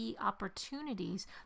opportunities